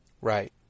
Right